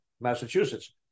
Massachusetts